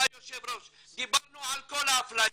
דיברנו על כל האפליה.